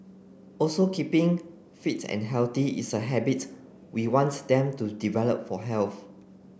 also keeping fit and healthy is a habit we want them to develop for